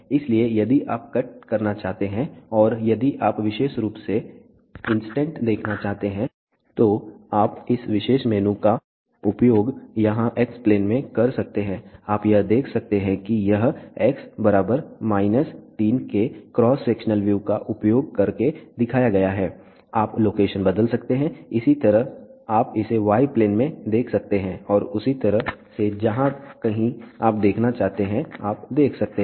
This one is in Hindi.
इसलिए यदि आप कट करना चाहते हैं और यदि आप विशेष रूप से इंसटेंट देखना चाहते हैं तो आप इस विशेष मेनू का उपयोग यहां x प्लेन में कर सकते हैं आप यह देख सकते हैं कि यह x 3 के क्रॉस सेक्शनल व्यू का उपयोग करके दिखाया गया है आप लोकेशन बदल सकते हैं इसी तरह आप इसे y प्लेन में देख सकते हैं और उसी तरह से जहाँ कभी आप देखना चाहते हैं आप देख सकते हैं